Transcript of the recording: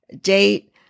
date